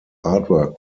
artwork